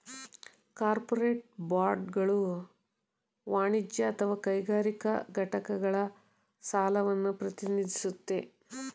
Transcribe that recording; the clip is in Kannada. ಕಾರ್ಪೋರೇಟ್ ಬಾಂಡ್ಗಳು ವಾಣಿಜ್ಯ ಅಥವಾ ಕೈಗಾರಿಕಾ ಘಟಕಗಳ ಸಾಲವನ್ನ ಪ್ರತಿನಿಧಿಸುತ್ತೆ